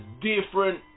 different